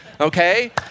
okay